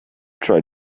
try